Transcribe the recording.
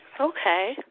Okay